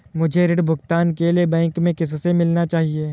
मुझे ऋण भुगतान के लिए बैंक में किससे मिलना चाहिए?